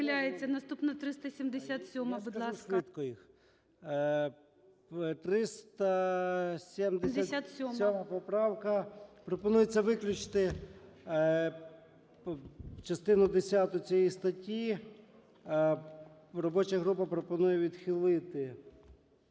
Наступна 377, будь ласка.